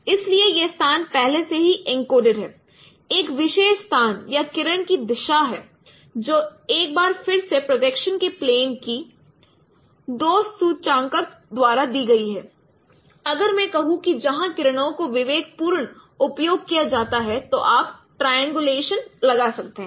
इसलिए यह स्थान पहले से ही एन्कोडेड है एक विशेष स्थान या किरण की दिशा है जो एक बार फिर से प्रोजेक्शन के प्लेन की 2 सूचकांक द्वारा दी गई है अगर मैं कहूँ कि जहां किरणों को विवेक पूर्ण उपयोग किया जाता है तो आप ट्रायंगुलेशन लगा सकते हैं